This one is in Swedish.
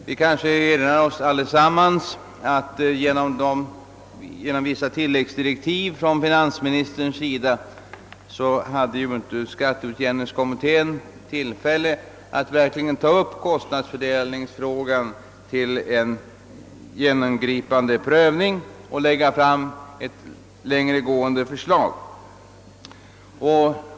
Vi kan kanske alla erinra oss att skatteutjämningskommittén genom vissa tilläggsdirektiv från finansministerns sida inte hade tillfälle att ta upp kostnadsfördelningsfrågan till en genomgripande prövning och lägga fram ett längre gående förslag.